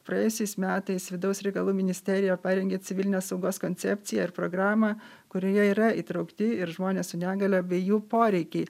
praėjusiais metais vidaus reikalų ministerija parengė civilinės saugos koncepciją ir programą kurioje yra įtraukti ir žmonės su negalia bei jų poreikiai